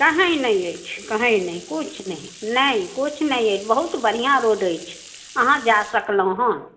कहि नहि अछि कहि नहि किछु नहि नहि किछु नहि अछि बहुत बढ़िआँ रोड अछि आहाँ जा सकलहुॅं हन